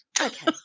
Okay